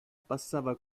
passava